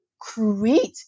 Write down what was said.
create